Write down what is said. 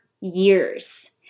years